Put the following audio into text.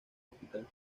hospital